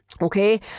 Okay